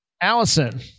Allison